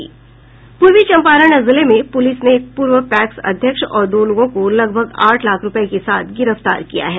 पूर्वी चंपारण जिले में पुलिस ने एक पूर्व पैक्स अध्यक्ष और दो लोगों को लगभग आठ लाख रूपये के साथ गिरफ्तार किया है